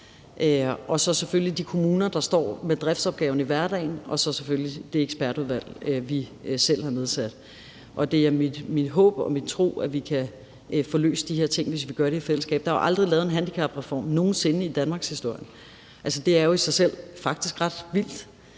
gælder selvfølgelig de kommuner, der står med driftsopgaven i hverdagen, og så selvfølgelig det ekspertudvalg, vi selv har nedsat. Det er mit håb og min tro, at vi kan få løst de her ting, hvis vi gør det i fællesskab. Der er jo aldrig nogen sinde i danmarkshistorien lavet en handicapreform. Altså, det er jo i sig selv faktisk ret vildt.